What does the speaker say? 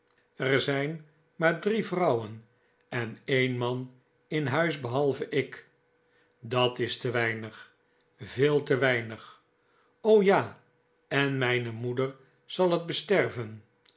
er zijn maar drie vrouwen en een man in huis behalve ik dat is te weinig veel te weinig ja en mijne moeder zal het besterven